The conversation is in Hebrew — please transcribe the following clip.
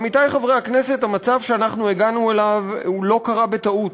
עמיתי חברי הכנסת, המצב שהגענו אליו לא קרה בטעות.